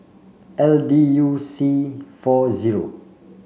L D U C four zero